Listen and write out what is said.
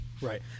Right